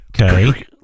Okay